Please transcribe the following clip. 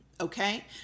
okay